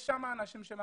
יש שם אנשים שממתינים,